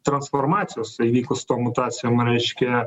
transformacijos įvykus tom mutacijom reiškia